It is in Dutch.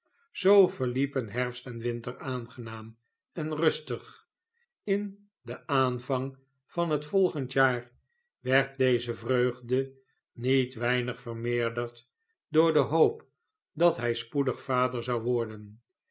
verliepen herfst en winter aangenaam en rustig in den aanvang van het volgende jaar werd deze vreugde niet weinig vermeerderd door de hoop dat hij spoedig vader zou worden